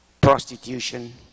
prostitution